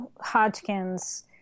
Hodgkins